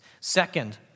Second